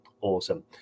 awesome